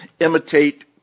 imitate